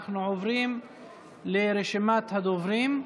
אנחנו עוברים לרשימת הדוברים.